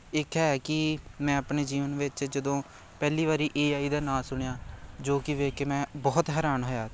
ਇੱਕ ਹੈ ਕਿ ਮੈਂ ਆਪਣੇ ਜੀਵਨ ਵਿੱਚ ਜਦੋਂ ਪਹਿਲੀ ਵਾਰੀ ਏ ਆਈ ਦਾ ਨਾਂ ਸੁਣਿਆ ਜੋ ਕਿ ਵੇਖ ਕੇ ਮੈਂ ਬਹੁਤ ਹੈਰਾਨ ਹੋਇਆ